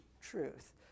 truth